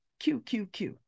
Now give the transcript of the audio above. QQQ